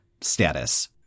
status